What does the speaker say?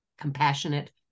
compassionate